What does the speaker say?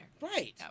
Right